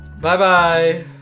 Bye-bye